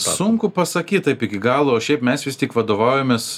sunku pasakyt taip iki galo šiaip mes vis tik vadovaujamės